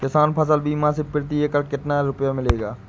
किसान फसल बीमा से प्रति एकड़ कितना रुपया मिलेगा?